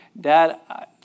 dad